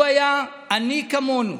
הוא היה עני כמונו,